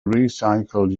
recycled